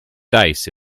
dice